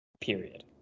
period